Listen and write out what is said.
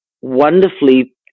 wonderfully